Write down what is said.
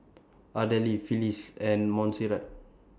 Ardelle Phylis and Monserrat